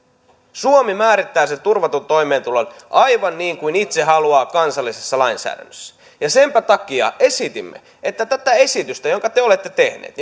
suomi määrittää sen turvatun toimeentulon aivan niin kuin itse haluaa kansallisessa lainsäädännössä ja senpä takia esitimme että tätä esitystä jonka te olette tehneet